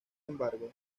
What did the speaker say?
embargo